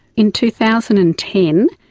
in two thousand and ten,